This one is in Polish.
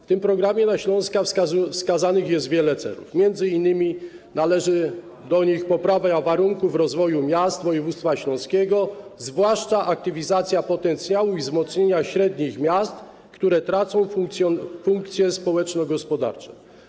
W tym programie na Śląska wskazanych jest wiele celów, m.in. należy do nich poprawa warunków rozwoju miast województwa śląskiego, zwłaszcza aktywizacja potencjału i wzmocnienie średnich miast, które tracą funkcje społeczno-gospodarcze.